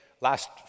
last